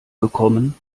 gekommen